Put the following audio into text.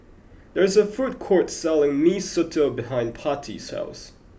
there is a food court selling Mee Soto behind Patti's house